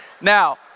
Now